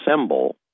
symbol